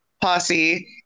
Posse